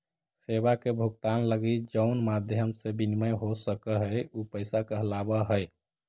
सेवा के भुगतान लगी जउन माध्यम से विनिमय हो सकऽ हई उ पैसा कहलावऽ हई